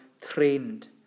trained